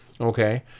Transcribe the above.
okay